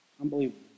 Unbelievable